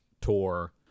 tour